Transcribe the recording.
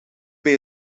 bij